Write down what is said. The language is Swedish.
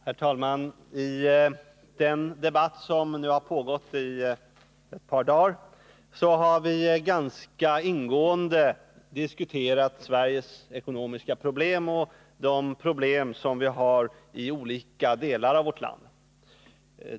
Herr talman! I den debatt som nu har pågått i ett par dagar har vi ganska ingående diskuterat Sveriges ekonomiska problem och problemen över huvud taget i olika delar av vårt land.